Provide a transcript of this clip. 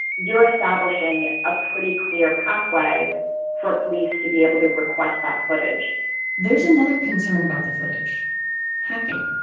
you're establishing a pretty clear pathway for police to be able to request that footage there's another concern about the footage hacking.